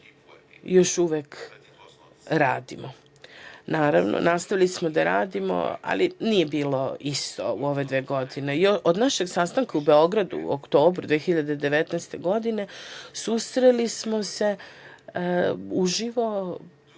još uvek radimo. Naravno, nastavili smo da radimo, ali nije bilo isto u ove dve godine. Od našeg sastanka u Beogradu, u oktobru 2019. godine, susreli smo se uživo tek